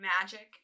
magic